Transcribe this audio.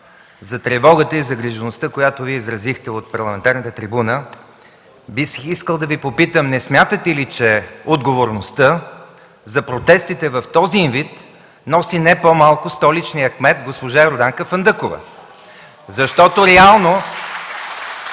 за тревогата и загрижеността, която изразихте от парламентарната трибуна, бих искал да Ви попитам: не смятате ли, че отговорността за протестите в този й вид носи не по-малко столичният кмет госпожа Йорданка Фандъкова? (Ръкопляскания